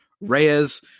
reyes